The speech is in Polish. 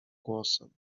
głosem